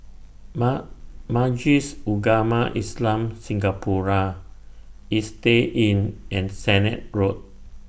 Ma Majlis Ugama Islam Singapura Istay Inn and Sennett Road